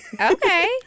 Okay